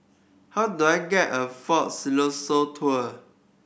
how do I get a Fort Siloso Tour